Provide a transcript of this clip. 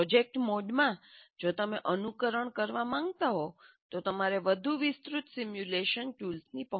project મોડમાં જો તમે અનુકરણ કરવા માંગતા હો તો તમારે વધુ વિસ્તૃત સિમ્યુલેશન ટૂલ્સની